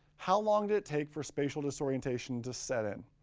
how long did it take for spatial disorientation to set in.